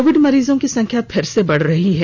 Covid मरीजों की संख्या फिर से बढ़ रही है